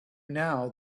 now